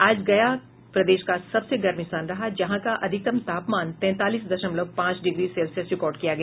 आज गया प्रदेश का सबसे गर्म स्थान रहा जहां का अधिकतम तापमान तैंतालीस दशमलव पांच डिग्री सेल्सियस रिकॉर्ड किया गया